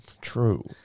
True